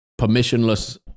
permissionless